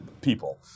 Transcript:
people